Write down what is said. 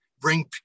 bring